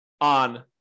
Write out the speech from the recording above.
on